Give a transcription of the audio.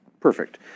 Perfect